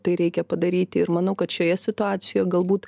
tai reikia padaryti ir manau kad šioje situacijoje galbūt